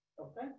Okay